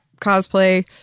cosplay